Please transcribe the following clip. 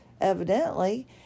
evidently